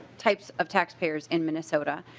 types of taxpayers in minnesota.